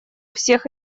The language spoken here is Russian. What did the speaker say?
всех